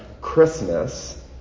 Christmas